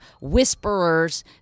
whisperers